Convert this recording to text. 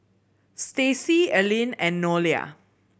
Stacy Alene and Nolia